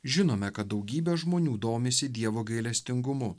žinome kad daugybė žmonių domisi dievo gailestingumu